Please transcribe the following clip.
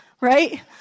right